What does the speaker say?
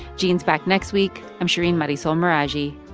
gene's back next week. i'm shereen marisol meraji.